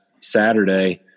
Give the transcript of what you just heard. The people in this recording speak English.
Saturday